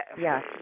yes